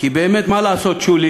כי באמת, מה לעשות, שולי,